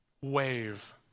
wave